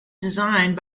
designed